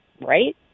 right